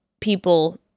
people